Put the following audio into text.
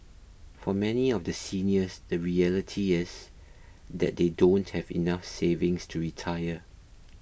for many of the seniors the reality is that they don't have enough savings to retire